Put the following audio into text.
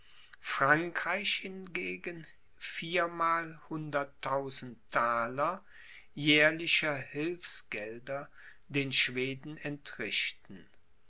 frankreich hingegen viermalhunderttausend thaler jährlicher hilfsgelder den schweden entrichten